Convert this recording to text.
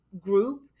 group